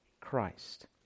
Christ